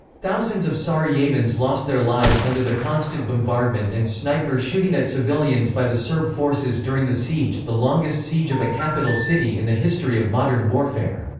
thousands of sarajevans lost their lives under the constant bombardment and sniper shooting at civilians by the serb forces during the siege, the longest siege of a capital city in the history of modern warfare.